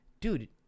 dude